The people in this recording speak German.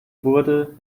wurde